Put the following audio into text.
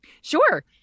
sure